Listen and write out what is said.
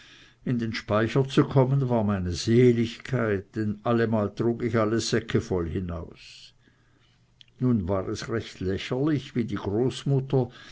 in den speicher zu kommen war meine seligkeit denn allemal trug ich alle säcke voll hinaus nun war es recht lächerlich wie die großmutter